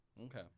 Okay